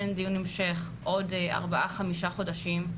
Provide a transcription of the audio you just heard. דיון המשך בעוד ארבעה-חמישה חודשים,